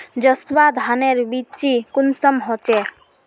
जसवा धानेर बिच्ची कुंसम होचए?